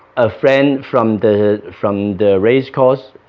ah friend from the from the racecourse